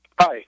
Hi